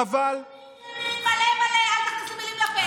לא אמרתי ימין מלא מלא, אל תכניס לי מילים לפה.